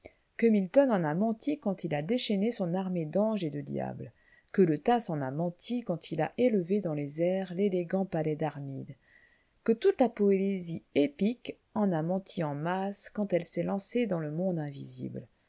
que milton en a menti quand il a déchaîné son armée d'anges et de diables que le tasse en a menti quand il a élevé dans les airs l'élégant palais d'armide que toute la poésie épique en a menti en masse quand elle s'est lancée dans le monde invisible